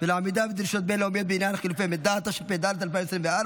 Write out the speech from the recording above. ולעמידה בדרישות בין-לאומיות בעניין חילופי מידע) התשפ"ד 2024,